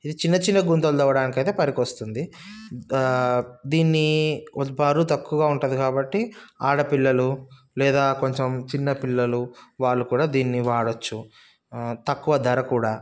ఇది చిన్న చిన్న గుంతలు తవ్వడానికైతే పనికొస్తుంది దీన్ని కొంత బరువు తక్కువగా ఉంటుంది కాబట్టి ఆడపిల్లలు లేదా కొంచెం చిన్న పిల్లలు వాళ్ళు కూడా దీన్ని వాడొచ్చు తక్కువ ధర కూడా